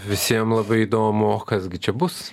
visiem labai įdomu o kas gi čia bus